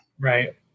Right